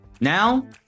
Now